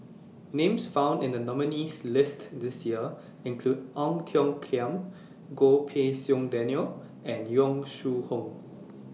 Names found in The nominees' list This Year include Ong Tiong Khiam Goh Pei Siong Daniel and Yong Shu Hoong